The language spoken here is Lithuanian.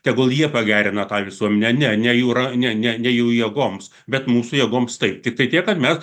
tegul jie pagerina tą visuomenę ne ne ne ne jų jėgoms bet mūsų jėgoms taip tai tiktai tiek kad mes